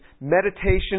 meditation